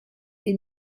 est